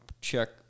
check